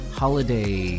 holiday